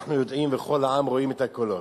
אנחנו יודעים וכל העם רואים את הקולות,